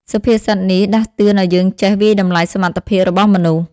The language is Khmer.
សុភាសិតនេះដាស់តឿនឱ្យយើងចេះ វាយតម្លៃសមត្ថភាពរបស់មនុស្ស។